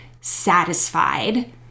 satisfied